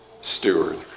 steward